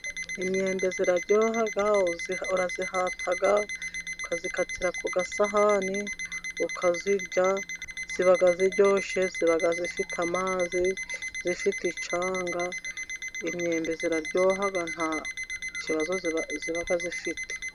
Imyembe iraryoha urayihata ukayikatira ku gasahani, ukayirya iba iryoshe iba ifite amazi, ifite icyanga, imyembe iraryoha nta kibazo iba ifite.